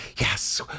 yes